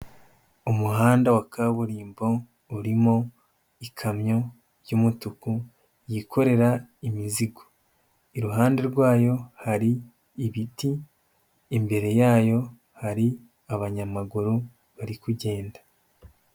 Umuhanda wa kaburimbo, urimo ikamyo y'umutuku yikorera imizigo. Iruhande rwayo hari ibiti, imbere yayo hari abanyamaguru bari kugenda.